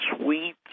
sweet